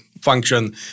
function